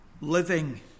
Living